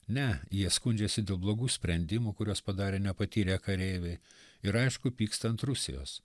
ne jie skundžiasi dėl blogų sprendimų kuriuos padarė nepatyrę kareiviai ir aišku pyksta ant rusijos